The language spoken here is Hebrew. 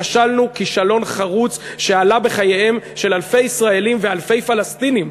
וכשלנו כישלון חרוץ שעלה בחייהם של אלפי ישראלים ואלפי פלסטינים.